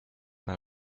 mal